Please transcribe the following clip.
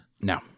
No